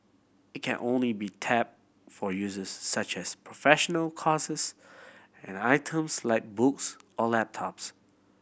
it can only be tap for uses such as professional courses and items like books or laptops